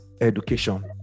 education